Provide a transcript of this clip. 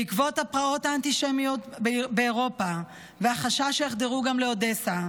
בעקבות הפרעות האנטישמיות באירופה והחשש שיחדרו גם לאודסה,